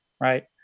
right